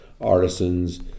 artisans